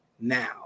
now